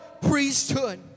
priesthood